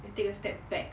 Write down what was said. and take a step back